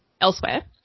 elsewhere